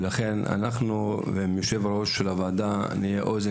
לכן אנחנו עם יושב-ראש הוועדה נהיה אוזן